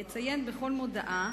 יציין בכל מודעה,